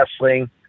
wrestling